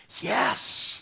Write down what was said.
yes